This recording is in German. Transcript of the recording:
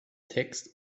text